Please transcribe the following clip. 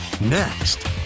Next